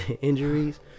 injuries